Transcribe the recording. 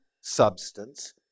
substance